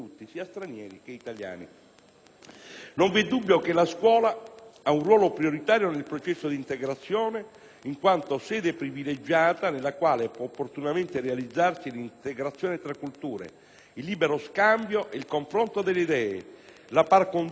Non v'è dubbio che la scuola ha un ruolo prioritario nel processo di integrazione in quanto sede privilegiata nella quale può opportunamente realizzarsi l'integrazione tra culture, il libero scambio e il confronto delle idee, la *par condicio* tra i soggetti che la frequentano,